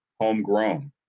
Homegrown